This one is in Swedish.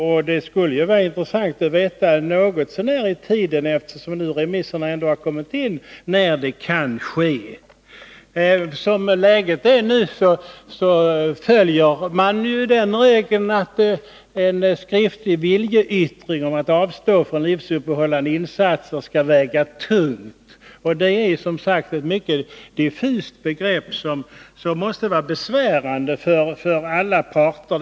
Och det skulle vara intressant att veta något så när vid vilken tidpunkt detta kan ske, eftersom remisserna beträffande huvudbetänkandet har kommit in. Som läget är nu följer man regeln att en skriftlig viljeyttring om att avstå från livsuppehållande insatser skall väga tungt. Det är ett mycket diffust begrepp, som måste vara förvirrande för alla parter.